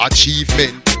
Achievement